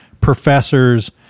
professor's